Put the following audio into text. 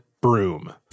broom